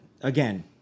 Again